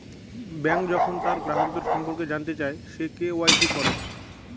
bank যখন তার গ্রাহকের সম্পর্কে জানতে চায়, সে কে.ওয়া.ইসি করে